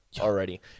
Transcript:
already